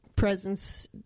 presence